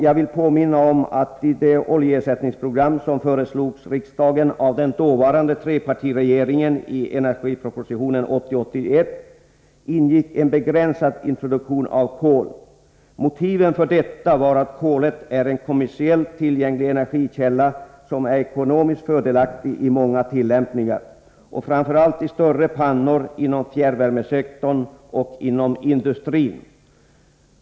Jag vill påminna om att i det oljeersättningsprogram som föreslogs riksdagen av den dåvarande trepartiregeringen i energiproposition 1980/81:90 ingick en begränsad introduktion av kol. Motiven för detta var att kolet är en kommersiellt tillgänglig energikälla som är ekonomiskt fördelaktig i många tillämpningar, framför allt i större pannor inom fjärrvärmesektorn och inom industrin.